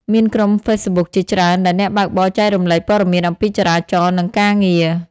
មានក្រុមហ្វេសប៊ុកជាច្រើនដែលអ្នកបើកបរចែករំលែកព័ត៌មានអំពីចរាចរណ៍ និងការងារ។